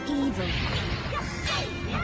evil